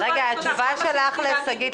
התשובה שלך לשגית,